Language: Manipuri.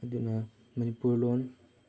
ꯑꯗꯨꯅ ꯃꯅꯤꯄꯨꯔ ꯂꯣꯟ